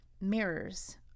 mirrors